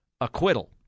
acquittal